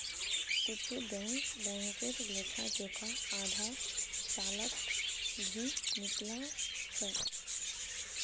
कुछु बैंक बैंकेर लेखा जोखा आधा सालत भी निकला छ